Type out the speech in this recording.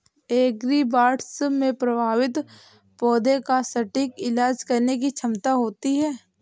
agribots में प्रभावित पौधे का सटीक इलाज करने की क्षमता होती है